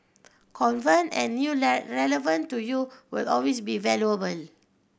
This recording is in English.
and new relevant to you will always be valuable